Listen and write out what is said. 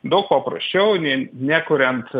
daug paprasčiau nei nekuriant